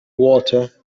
water